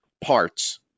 parts